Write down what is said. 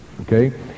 okay